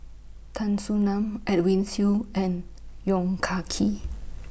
Tan Soo NAN Edwin Siew and Yong Ka Kee